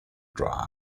drive